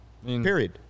Period